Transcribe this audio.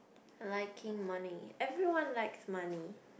liking money everyone likes money